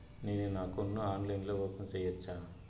నేను నా అకౌంట్ ని ఆన్లైన్ లో ఓపెన్ సేయొచ్చా?